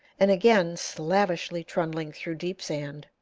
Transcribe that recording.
and again slavishly trundling through deep sand,